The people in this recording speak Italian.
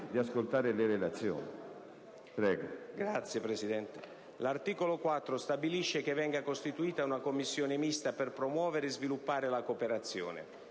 La ringrazio, signor Presidente. L'articolo 4 stabilisce che venga costituita una commissione mista per promuovere e sviluppare la cooperazione.